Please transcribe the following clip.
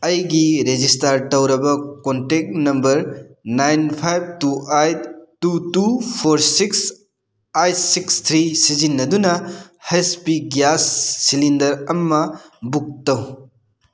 ꯑꯩꯒꯤ ꯔꯦꯖꯤꯁꯇꯔ ꯇꯧꯔꯕ contact number nine five two eight two two four six eight six three ꯁꯤꯖꯤꯟꯅꯗꯨꯅ ꯍꯩꯆ ꯄꯤ ꯒ꯭ꯌꯥꯁ ꯁꯤꯂꯤꯟꯗꯔ ꯑꯃ ꯕꯨꯛ ꯇꯧ